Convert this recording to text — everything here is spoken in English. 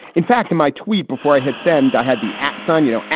in fact, in my tweet before i hit send, i had the at sign, you know,